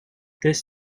this